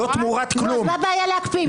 אין בעיה להקפיא.